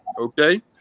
Okay